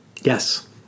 Yes